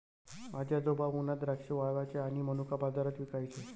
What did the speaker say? माझे आजोबा उन्हात द्राक्षे वाळवायचे आणि मनुका बाजारात विकायचे